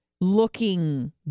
looking